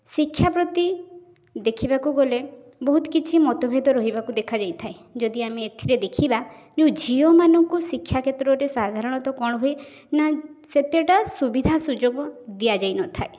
ଶିକ୍ଷା ପ୍ରତି ଦେଖିବାକୁ ଗଲେ ବହୁତ କିଛି ମତ ଭେଦ ରହିବାକୁ ଦେଖା ଦେଇଥାଏ ଯଦି ଆମେ ଏଥିରେ ଦେଖିବା ଯେଉଁ ଝିଅ ମାନଙ୍କୁ ଶିକ୍ଷା କ୍ଷେତ୍ରରେ ସାଧାରଣତଃ କ'ଣ ହୁଏ ନା ସେତେ ଟା ସୁବିଧା ସୁଯୋଗ ଦିଆଯାଇ ନଥାଏ